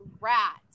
rat